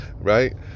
Right